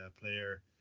player